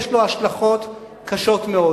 יש לו השלכות קשות מאוד,